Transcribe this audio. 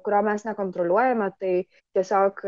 kurio mes nekontroliuojame tai tiesiog